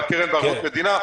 על הקרן בערבות המדינה.